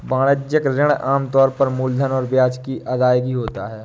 वाणिज्यिक ऋण आम तौर पर मूलधन और ब्याज की अदायगी होता है